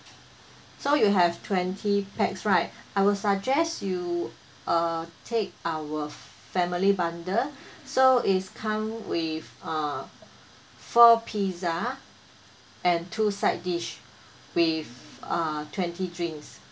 so you have twenty pax right I will suggest you uh take our family bundle so is come with uh four pizza and two side dish with uh twenty drinks